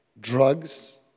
drugs